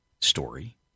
story